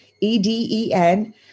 E-D-E-N